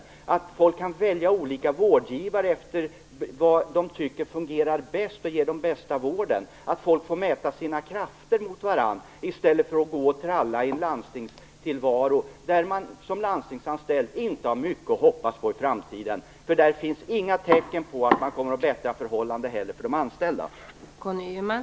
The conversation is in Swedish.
Människor måste kanske få välja mellan olika vårdgivare utifrån vilken som fungerar bäst och ger den bästa vården. Folk borde få mäta sin krafter med varandra i stället för att gå och tralla i en landstingstillvaro där man som landstingsanställd inte har mycket att hoppas på inför framtiden. Det finns inte heller några tecken på att förhållandena för de anställda kommer att förbättras.